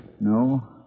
No